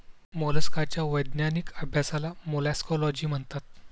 मोलस्काच्या वैज्ञानिक अभ्यासाला मोलॅस्कोलॉजी म्हणतात